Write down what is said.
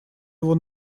его